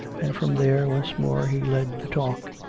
and from there, once more, he led the talk,